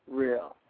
real